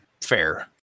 Fair